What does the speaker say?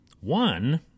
One